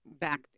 back